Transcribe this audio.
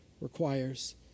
requires